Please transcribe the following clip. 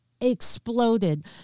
exploded